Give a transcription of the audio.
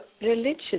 religious